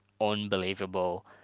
unbelievable